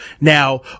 Now